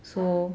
!huh!